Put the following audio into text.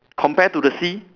compare to the sea